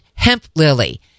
HempLily